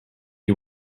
you